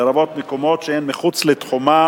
לרבות מקומות שהם מחוץ לתחומה